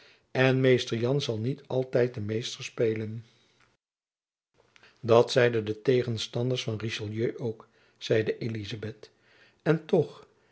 en mr jan zal niet altijd den meester spelen dat zeiden de tegenstanders van richelieu ook zeide elizabeth en toch